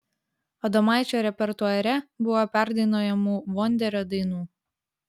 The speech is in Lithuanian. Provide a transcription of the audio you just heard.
adomaičio repertuare buvo perdainuojamų vonderio dainų